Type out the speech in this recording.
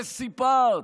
וסיפרת,